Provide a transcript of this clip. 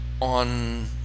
on